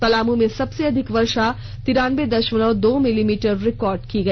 पलामू में सबसे अधिक वर्षा तिरानबे दशमलव दो मिलीमीटर रिकॉर्ड किया गया